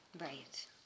Right